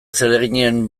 zereginen